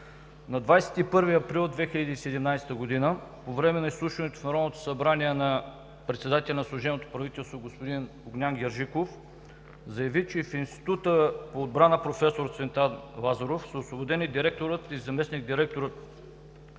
На 21 април 2017 г., по време на изслушването в Народното събрание на председателя на служебното правителство господин Огнян Герджиков заяви, че в Института по отбрана „Професор Цветан Лазаров“ са освободени директорът и заместник-директорът